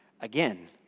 Again